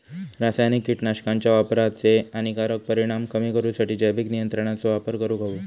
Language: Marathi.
रासायनिक कीटकनाशकांच्या वापराचे हानिकारक परिणाम कमी करूसाठी जैविक नियंत्रणांचो वापर करूंक हवो